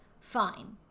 fine